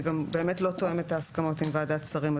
זה גם באמת לא תואם את ההסכמות עם ועדת שרים,